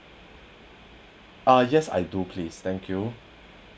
ah yes I do please thank you